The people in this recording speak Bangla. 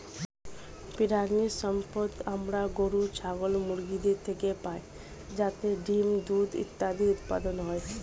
প্রাণিসম্পদ আমরা গরু, ছাগল, মুরগিদের থেকে পাই যাতে ডিম্, দুধ ইত্যাদি উৎপাদন হয়